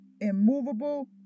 immovable